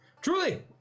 Truly